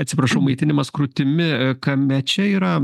atsiprašau maitinimas krūtimi kame čia yra